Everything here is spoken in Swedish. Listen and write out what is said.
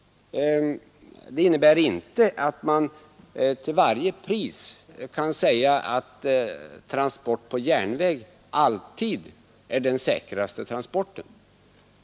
Det innebär inte att man alltid kan säga att transport på järnväg är säkrast.